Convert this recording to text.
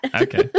Okay